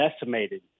decimated